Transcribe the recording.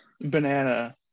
banana